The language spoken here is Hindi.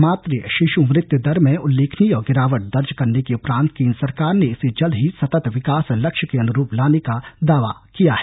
में मात्र ीा मृत्यु दर में उल्लेखनीय गिरावट दर्ज करने के उपरांत केन्द्र सरकार ने इसे जल्द ही सतत विकास लक्ष्य के अनुरूप लाने का दावा किया है